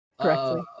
correctly